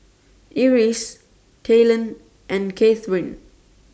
Iris Talen and Kathryne